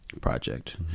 project